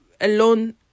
alone